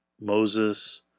Moses